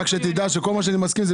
רק שתדע שכל מה שאני מסכים לו,